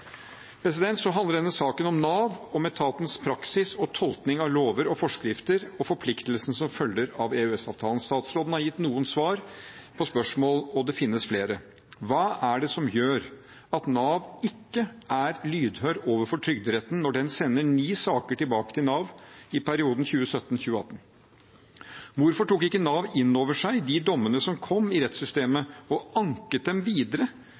Så handler denne saken om Nav – om etatens praksis og tolkning av lover og forskrifter og forpliktelsene som følger av EØS-avtalen. Statsråden har gitt svar på noen spørsmål, men det finnes flere. Hva er det som gjør at Nav ikke er lydhør overfor trygderetten når den sender ni saker tilbake til Nav i perioden 2017–2018? Hvorfor tok ikke Nav inn over seg de dommene som kom i rettssystemet, og anket dem videre